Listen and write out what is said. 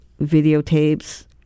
videotapes